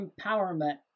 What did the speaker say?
empowerment